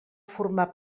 formar